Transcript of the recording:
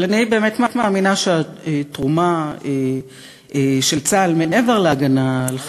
אבל אני באמת מאמינה שהתרומה של צה"ל מעבר להגנה על חיינו,